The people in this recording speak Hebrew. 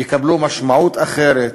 יקבלו משמעות אחרת